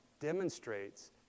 demonstrates